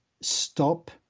stop